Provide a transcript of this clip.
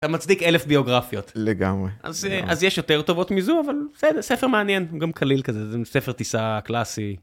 אתה מצדיק אלף ביוגרפיות. לגמרי. אז יש יותר טובות מזו, אבל, בסדר, ספר מעניין, גם קליל כזה, ספר טיסה קלאסי.